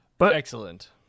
Excellent